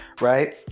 Right